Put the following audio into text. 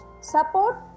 support